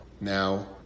Now